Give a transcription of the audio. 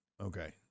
Okay